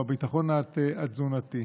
בביטחון התזונתי.